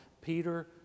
Peter